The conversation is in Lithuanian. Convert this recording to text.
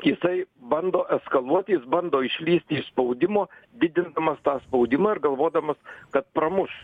jisai bando eskaluot jis bando išvystyti iš spaudimo didindamas tą spaudimą ir galvodamas kad pramuš